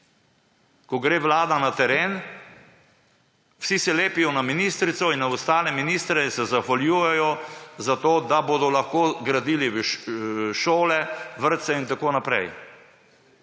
Ko gre vlada na teren, se vsi lepijo na ministrico in na ostale ministre, se zahvaljujejo za to, da bodo lahko gradili šole, vrtce in tako naprej.